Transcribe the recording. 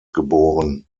geboren